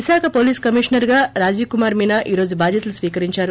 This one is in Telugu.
విశాఖ పోలీస్ కమిషనర్ గా రాజీవ్ కుమార్ మీనా ఈ రోజు బాధ్యతలు స్వీకరిందారు